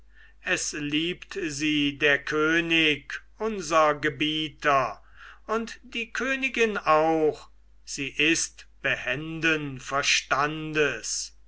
es liebt sie der könig unser gebieter und die königin auch sie ist behenden verstandes